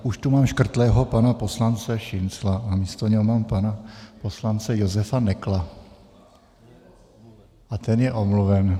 Už tu mám škrtlého pana poslance Šincla, místo něho mám pana poslance Josefa Nekla a ten je omluven.